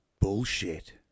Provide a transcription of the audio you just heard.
Bullshit